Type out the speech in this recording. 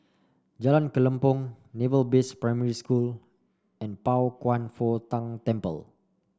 Jalan Kelempong Naval Base Primary School and Pao Kwan Foh Tang Temple